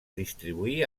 distribuir